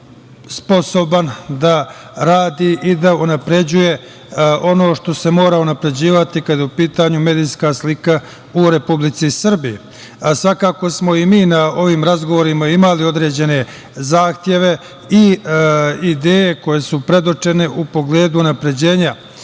sposoban da radi i da unapređuje ono što se mora unapređivati kada je u pitanju medijska slika u Republici Srbiji. Svakako smo i mi na ovim razgovorima imali određene zahteva i ideje koje su predočene u pogledu unapređenja